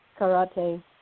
karate